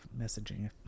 messaging